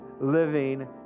living